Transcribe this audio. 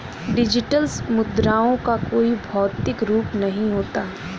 digital मुद्राओं का कोई भौतिक रूप नहीं होता